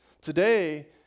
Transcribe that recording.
Today